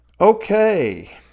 Okay